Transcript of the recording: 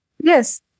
Yes